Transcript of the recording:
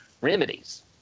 remedies